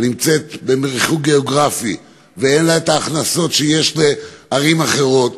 הנמצאת בריחוק גיאוגרפי ואין לה הכנסות שיש לערים אחרות,